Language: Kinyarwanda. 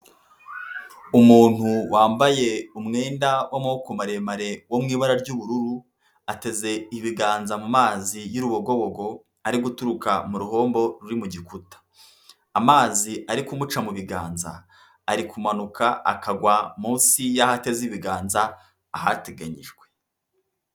Umuntu wambaye umwenda w'amaboko maremare wo mu ibara ry'ubururu, ateze ibiganza mazi y'urubogobogo, ari guturuka mu ruhombo ruri mu gikuta. Amazi ari kumuca mu biganza, ari kumanuka akagwa munsi y'aho ateze ibiganza, ahateganyijwe.